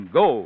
go